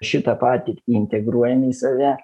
šitą patirtį integruojame į save